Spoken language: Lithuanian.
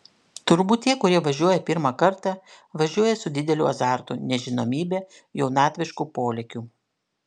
turbūt tie kurie važiuoja pirmą kartą važiuoja su dideliu azartu nežinomybe jaunatvišku polėkiu